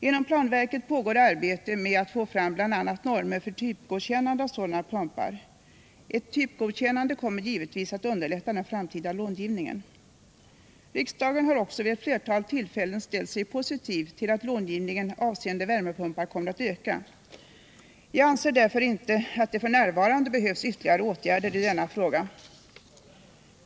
Inom planverket pågår arbete med att få fram bl.a. normer för typgodkännande av sådana pumpar. Ett typgodkännande kommer givetvis att underlätta den framtida långivningen. Riksdagen har ju också vid ett flertal tillfällen ställt sig positiv till att långivningen avseende värmepumpar kommer att öka. Jag anser därför att det f.n. inte behövs ytterligare åtgärder i denna fråga.